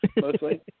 mostly